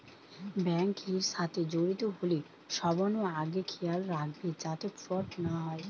bank এর সাথে জড়িত হলে সবনু আগে খেয়াল রাখবে যাতে ফ্রড না হয়